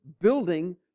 building